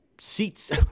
seats